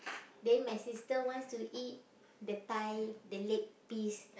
then my sister wants to eat the thigh the leg piece